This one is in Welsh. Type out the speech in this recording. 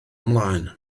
ymlaen